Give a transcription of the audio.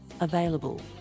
available